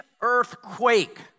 earthquake